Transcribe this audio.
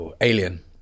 Alien